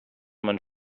man